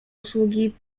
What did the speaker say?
usługi